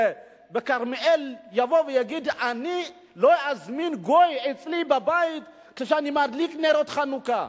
אני לא אזמין גוי אצלי לבית כשאני מדליק נרות חנוכה,